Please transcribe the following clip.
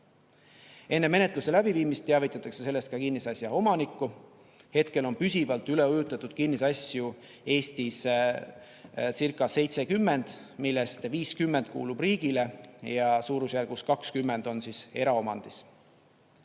Enne menetluse läbiviimist teavitatakse sellest ka kinnisasja omanikku. Hetkel on püsivalt üle ujutatud kinnisasju Eestiscirca70, neist 50 kuulub riigile ja suurusjärgus 20 on eraomandis.